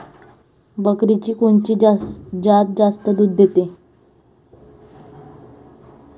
बकरीची कोनची जात जास्त दूध देते?